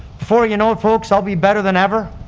before you know it, folks, i'll be better than ever,